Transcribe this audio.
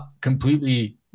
completely